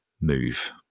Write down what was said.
move